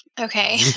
Okay